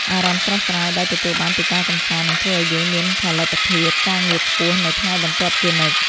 អារម្មណ៍ស្រស់ស្រាយដែលទទួលបានពីការកម្សាន្តនឹងធ្វើឱ្យយើងមានផលិតភាពការងារខ្ពស់នៅថ្ងៃបន្ទាប់ជានិច្ច។